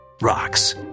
rocks